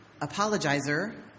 apologizer